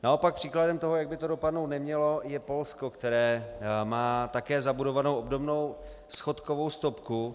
Naopak příkladem toho, jak by to dopadnout nemělo, je Polsko, které má také zabudovanou obdobnou schodkovou stopku.